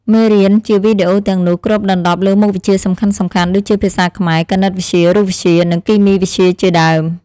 មេរៀនជាវីដេអូទាំងនោះគ្របដណ្តប់លើមុខវិជ្ជាសំខាន់ៗដូចជាភាសាខ្មែរ គណិតវិទ្យា រូបវិទ្យា និងគីមីវិទ្យាជាដើម។